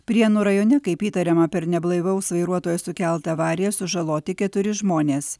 prienų rajone kaip įtariama per neblaivaus vairuotojo sukeltą avariją sužaloti keturi žmonės